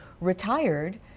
retired